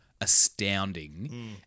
astounding